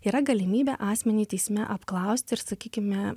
yra galimybė asmenį teisme apklausti ir sakykime